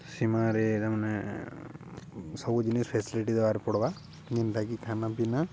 ସୀମାରେ ମାନେ ସବୁ ଯେମିତି ଫ୍ୟାସିଲିଟି ଦେବାକେ ପଡ଼୍ବା ଯେନ୍ତା କିି ଖାନା ପିନା